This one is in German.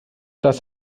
das